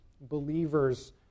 believers